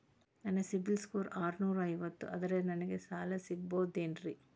ನನ್ನ CIBIL score ಆರನೂರ ಐವತ್ತು ಅದರೇ ನನಗೆ ಸಾಲ ಸಿಗಬಹುದೇನ್ರಿ?